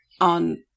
on